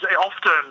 often